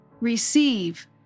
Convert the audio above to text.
Receive